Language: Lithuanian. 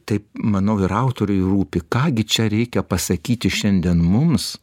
taip manau ir autoriui rūpi ką gi čia reikia pasakyti šiandien mums